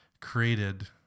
created